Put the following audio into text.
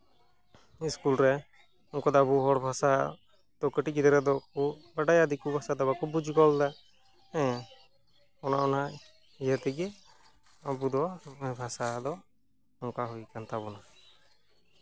school ᱨᱮ ᱩᱱᱠᱩ ᱫᱚ ᱟᱵᱚ ᱦᱚᱲ ᱵᱷᱟᱥᱟ ᱛᱳ ᱠᱟᱹᱴᱤᱡ ᱜᱤᱫᱽᱨᱟᱹ ᱫᱚᱠᱚ ᱵᱟᱰᱟᱭᱟ ᱫᱤᱠᱩ ᱵᱷᱟᱥᱟ ᱫᱚ ᱵᱟᱠᱚ ᱵᱩᱡᱽ ᱜᱚᱞᱫᱟ ᱦᱮᱸ ᱚᱱᱮ ᱚᱱᱟ ᱤᱭᱟᱹ ᱛᱮᱜᱮ ᱟᱵᱚᱫᱚ ᱱᱚᱜᱼᱚᱭ ᱵᱷᱟᱥᱟ ᱫᱚ ᱱᱚᱝᱠᱟ ᱦᱩᱭ ᱟᱠᱟᱱ ᱛᱟᱵᱳᱱᱟ